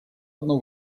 одно